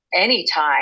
anytime